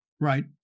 right